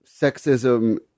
sexism